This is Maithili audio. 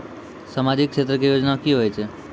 समाजिक क्षेत्र के योजना की होय छै?